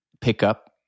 pickup